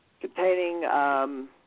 containing